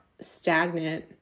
stagnant